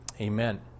Amen